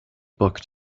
booked